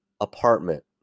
apartment